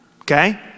okay